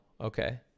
Okay